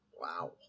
Wow